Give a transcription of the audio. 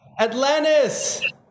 Atlantis